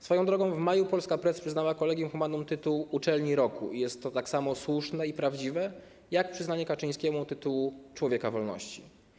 Swoją drogą - w maju Polska Press przyznała Collegium Humanum tytuł uczelni roku i jest to tak samo słuszne i prawdziwe, jak przyznanie Kaczyńskiemu tytułu Człowieka Wolności.